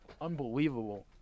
unbelievable